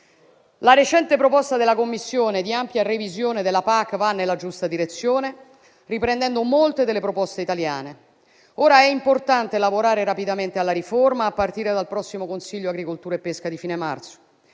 La recente proposta della Commissione di ampia revisione della PAC va nella giusta direzione, riprendendo molte delle proposte italiane. Ora è importante lavorare rapidamente alla riforma, a partire dal prossimo Consiglio agricoltura e pesca di fine marzo.